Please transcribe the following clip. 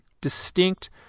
distinct